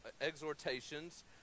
exhortations